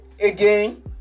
again